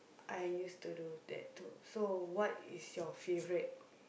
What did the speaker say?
I used to do that too so what is your favourite